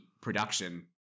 production